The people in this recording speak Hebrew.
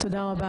תודה רבה